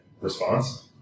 response